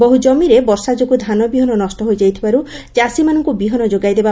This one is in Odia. ବହୁ ଜମିରେ ବର୍ଷା ଯୋଗୁଁ ଧାନବିହନ ନଷ୍ ହୋଇଯାଇଥିବାରୁ ଚାଷୀମାନଙ୍କୁ ବିହନ ଯୋଗାଇଦେବ